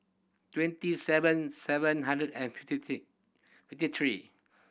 twenty seven seven hundred and fifty fifty three